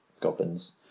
goblins